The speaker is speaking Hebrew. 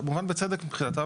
כמובן בצדק מבחינתם,